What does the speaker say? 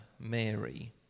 Mary